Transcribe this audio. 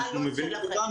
מה הלו"ז שלכם?